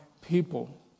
people